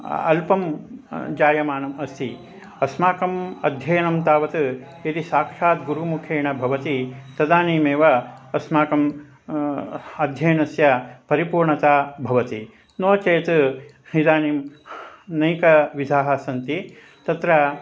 अल्पं जायमानम् अस्ति अस्माकम् अध्ययनं तावत् यदि साक्षात् गुरुमुखेन भवति तदानीमेव अस्माकम् अध्ययनस्य परिपूर्णता भवति नो चेत् इदानीं अनेकविधाः सन्ति तत्र